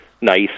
nice